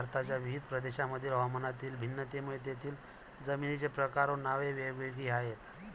भारताच्या विविध प्रदेशांतील हवामानातील भिन्नतेमुळे तेथील जमिनींचे प्रकार व नावे वेगवेगळी आहेत